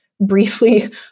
briefly